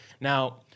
Now